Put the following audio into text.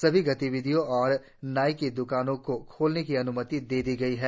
सभी गतिविधियों और नाई की द्कानों को खोलने की अन्मति दी गई है